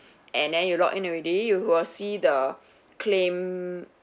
and then you log in already you will see the claim